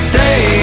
Stay